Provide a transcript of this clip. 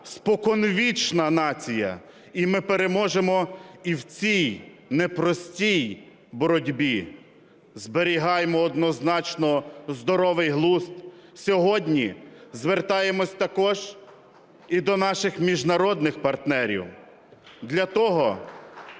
споконвічна нація, і ми переможемо і в цій непростій боротьбі. Зберігаємо, однозначно, здоровий глузд. Сьогодні звертаємось також і до наших міжнародних партнерів